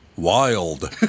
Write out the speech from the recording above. Wild